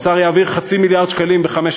האוצר יעביר חצי מיליארד שקלים בחמש